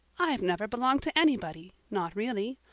i've never belonged to anybody not really.